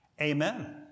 Amen